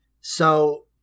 So-